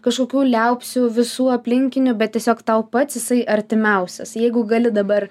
kažkokių liaupsių visų aplinkinių bet tiesiog tau pats jisai artimiausias jeigu gali dabar